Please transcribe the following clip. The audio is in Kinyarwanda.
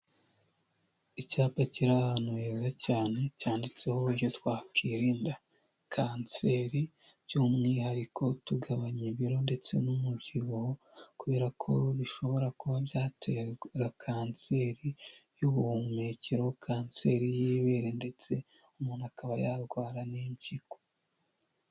Icyapa kiri ahantu heza cyane cyanditseho uburyo twakirinda kanseri, by'umwihariko tugabanya ibiro ndetse n'umubyibuho, kubera ko bishobora kuba byatera kanseri y'ubuhumekero, kanseri y'ibere, ndetse umuntu akaba yarwara n'impyiko.